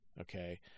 Okay